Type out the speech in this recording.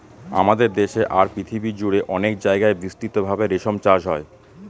আমাদের দেশে আর পৃথিবী জুড়ে অনেক জায়গায় বিস্তৃত ভাবে রেশম চাষ হয়